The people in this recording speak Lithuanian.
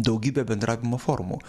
daugybė bendravimo formų